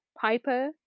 piper